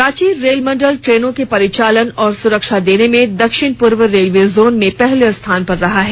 Ranchi rail मंडल ट्रेनों के परिचालन और सुरक्षा देने में दक्षिण पूर्व रेलवे जोन में पहले स्थान पर रहा है